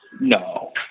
No